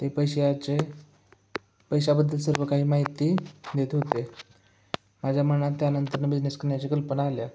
ते पैशाचे पैशाबद्दल सर्व काही माहिती देत होते माझ्या मनात त्यानंतर बिझनेस करण्याचे कल्पना आल्या